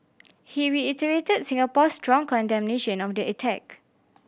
he reiterated Singapore's strong condemnation of the attack